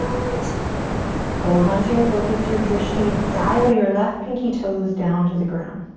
but hold onto your focus, your drishti. dial your left pinky toes down to the ground.